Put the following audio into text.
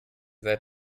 seid